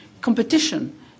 competition